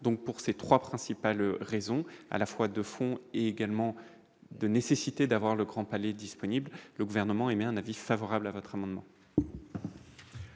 donc pour ces 3 principales raisons à la fois de fond également de nécessité d'avoir le Grand Palais disponible, le gouvernement a émis un avis favorable à votre amendement.